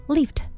Lift